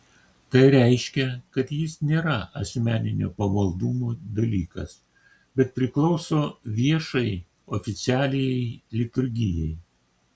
tai reiškia kad jis nėra asmeninio pamaldumo dalykas bet priklauso viešai oficialiajai liturgijai